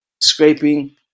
scraping